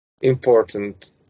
important